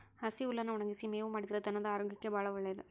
ಹಸಿ ಹುಲ್ಲನ್ನಾ ಒಣಗಿಸಿ ಮೇವು ಮಾಡಿದ್ರ ಧನದ ಆರೋಗ್ಯಕ್ಕೆ ಬಾಳ ಒಳ್ಳೇದ